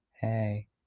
hey